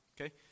okay